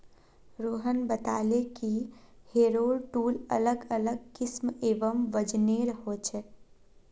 रोहन बताले कि harrow tool अलग अलग किस्म एवं वजनेर ह छे